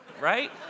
right